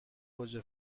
گوجه